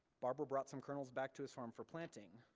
barber brought some kernels back to his farm for planting,